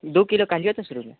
दू किलो कहलियो तऽ शुरुमे